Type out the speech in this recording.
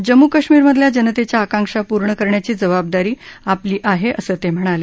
जम्मू कश्मीरमधल्या जनतेच्या आकांक्षा पूर्ण करण्याची जबाबदारी आपली आहे असं ते म्हणाले